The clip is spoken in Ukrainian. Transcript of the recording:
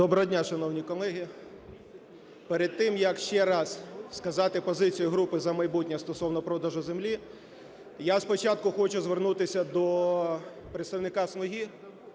Доброго дня, шановні колеги. Перед тим, як ще раз сказати позицію групи "За майбутнє" стосовно продажу землі, я спочатку хочу звернутися до представника